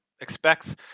expects